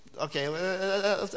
okay